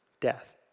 death